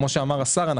כמו שאמר השר,